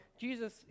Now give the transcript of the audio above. Jesus